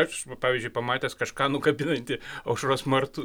aš pavyzdžiui pamatęs kažką nukabintį aušros vartų